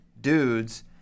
dudes